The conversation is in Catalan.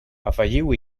afegiu